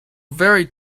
very